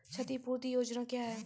क्षतिपूरती योजना क्या हैं?